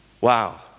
Wow